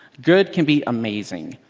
good can be amazing.